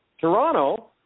Toronto